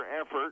effort